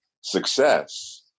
success